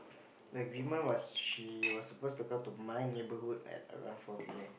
the agreement was she was supposed to come to my neighbourhood at around four P_M